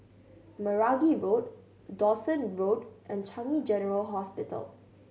Meragi Road Dawson Road and Changi General Hospital